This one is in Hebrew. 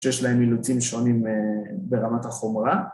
‫שיש להם אילוצים שונים ברמת החומרה.